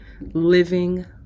living